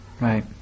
Right